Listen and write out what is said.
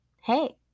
hey